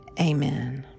Amen